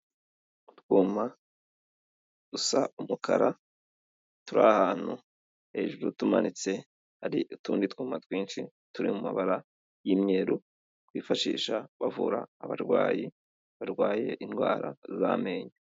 Utwuma dusa umukara turi ahantu hejuru tumanitse, hari utundi twuma twinshi turi mu mabara y'imyeru, bifashisha bavura abarwayi barwaye indwara z'amenyo.